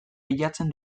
bilatzen